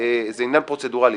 לא מבחינת הפרוצדורה.